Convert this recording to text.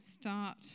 start